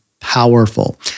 powerful